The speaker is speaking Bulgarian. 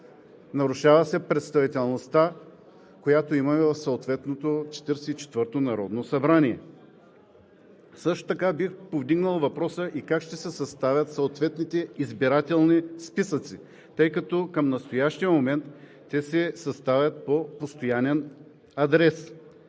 Нарушава се представителността, която имаме в съответното Четиридесет и четвърто народно събрание. Също така бих повдигнал въпроса и как ще се съставят съответните избирателни списъци, тъй като към настоящия момент те се съставят по постоянен адрес,